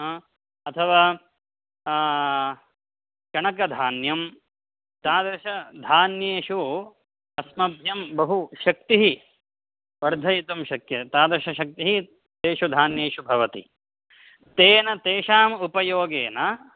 हा अथवा चणकधान्यं तादृशधान्येषु अस्मभ्यं बहु शक्तिः वर्धयितुं शक्य तादृशशक्तिः तेषु धान्येषु भवति तेन तेषाम् उपयोगेन